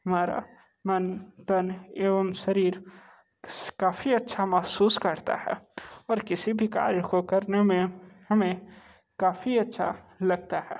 हमारा मन तन एवं शरीर काफ़ी अच्छा महसूस करता है और किसी भी कार्य को करने में हमें काफ़ी अच्छा लगता है